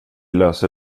löser